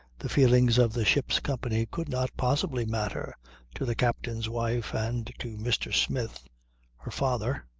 the feelings of the ship's company could not possibly matter to the captain's wife and to mr. smith her father.